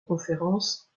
conférences